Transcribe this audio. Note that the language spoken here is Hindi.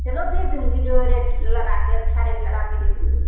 चलो दे दूँगी जो रेट लगा कर अच्छा रेट लगा कर दे दूँगी